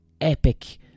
epic